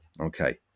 Okay